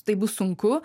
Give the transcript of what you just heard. tai bus sunku